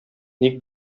ник